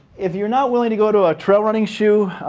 if you're not willing to go to a trail running shoe,